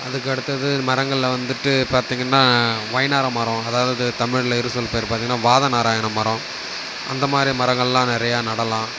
அதுக்கடுத்தது மரங்களில் வந்துட்டு பார்த்திங்கன்னா ஒயினார மரம் அதாவது தமிழில் இரு சொல் பெயர் பாத்திங்கன்னா வாத நாராயண மரம் அந்த மாதிரி மரங்களெலாம் நிறையா நடலாம்